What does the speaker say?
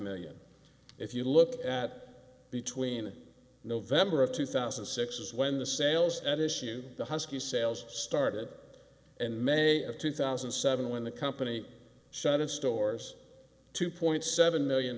million if you look at between november of two thousand and six is when the sales at issue the husky sales started in may of two thousand and seven when the company shut its stores two point seven million